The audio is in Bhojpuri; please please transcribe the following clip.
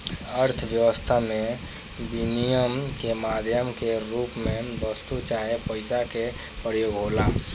अर्थव्यस्था में बिनिमय के माध्यम के रूप में वस्तु चाहे पईसा के प्रयोग होला